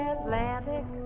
Atlantic